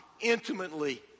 intimately